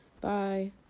Bye